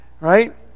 Right